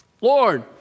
Lord